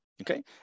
Okay